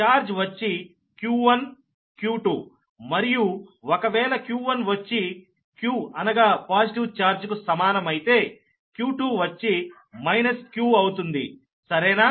charge వచ్చి q1 q2 మరియు ఒకవేళ q1 వచ్చి q అనగా పాజిటివ్ ఛార్జ్ కు సమానమైతే q2 వచ్చి మైనస్ q అవుతుంది సరేనా